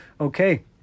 Okay